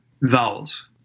vowels